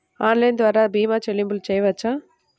Online ద్వార భీమా చెల్లింపులు చేయవచ్చా?